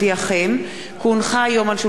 כי הונחה היום על שולחן הכנסת,